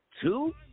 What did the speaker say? two